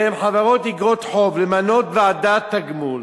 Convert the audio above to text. שהן חברות איגרות חוב, למנות ועדת תגמול,